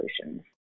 solutions